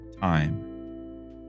time